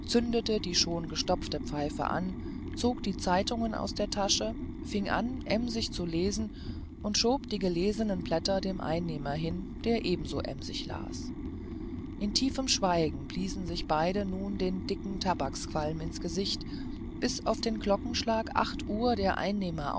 zündete die schon gestopfte pfeife an zog die zeitungen aus der tasche fing an emsig zu lesen und schob die gelesenen blätter dem einnehmer hin der ebenso emsig las in tiefem schweigen bliesen sich beide nun den dicken tabaksdampf ins gesicht bis auf den glockenschlag acht uhr der einnehmer